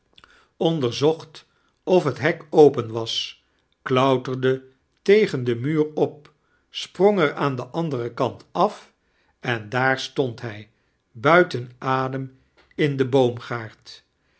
onderzocht of bet hek open was klautetde tegen den mumr op sprang er aan den anderen kant af en daar stond hij buiten adem in den boomgaard